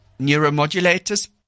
neuromodulators